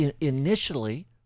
initially